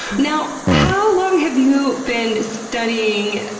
now, how long have you been studying